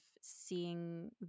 seeing